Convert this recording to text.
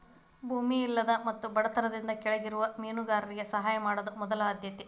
ಭೂಮಿ ಇಲ್ಲದ ಮತ್ತು ಬಡತನದಿಂದ ಕೆಳಗಿರುವ ಮೇನುಗಾರರಿಗೆ ಸಹಾಯ ಮಾಡುದ ಮೊದಲ ಆದ್ಯತೆ